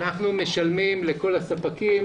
אנחנו משלמים לכל הספקים